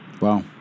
Wow